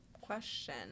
question